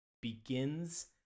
begins